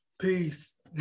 Peace